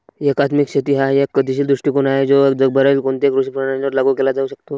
एकात्मिक शेती हा एक गतिशील दृष्टीकोन आहे जो जगभरातील कोणत्याही कृषी प्रणालीवर लागू केला जाऊ शकतो